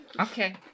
Okay